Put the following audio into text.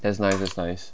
that's nice that's nice